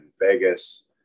vegas